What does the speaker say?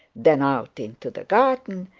then out into the garden,